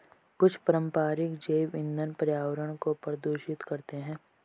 कुछ पारंपरिक जैव ईंधन पर्यावरण को प्रदूषित करते हैं